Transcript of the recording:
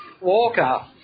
Walker